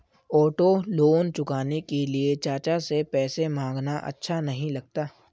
auto loan चुकाने के लिए चाचा से पैसे मांगना अच्छा नही लगता